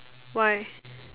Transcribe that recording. why